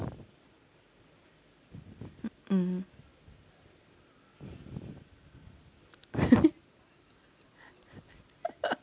mm mm